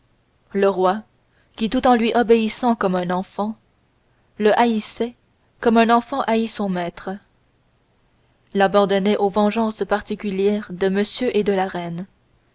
le roi qui tout en lui obéissant comme un enfant le haïssait comme un enfant hait son maître l'abandonnait aux vengeances réunies de monsieur et de la reine